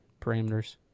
parameters